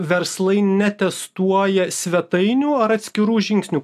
verslai netestuoja svetainių ar atskirų žingsnių